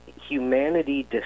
Humanity